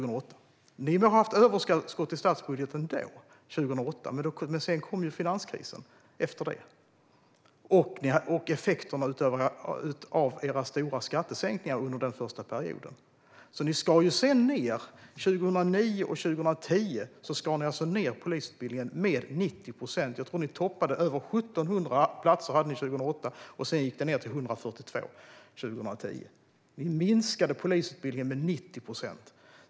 Ni må ha haft överskott i statsbudgeten 2008, men sedan kom finanskrisen efter det och effekterna av era stora skattesänkningar under den första perioden. Ni skar sedan 2009 och 2010 ned polisutbildningen med 90 procent. Jag tror ni toppade med över 1 700 platser 2008, och sedan gick det ned till 142 år 2010. Ni minskade polisutbildningen med 90 procent.